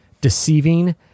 deceiving